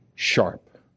sharp